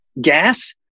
gas